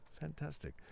fantastic